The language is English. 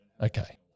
okay